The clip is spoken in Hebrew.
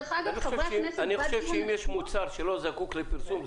אני חושב שאם יש מוצר שלא זקוק לפרסום,